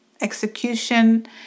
execution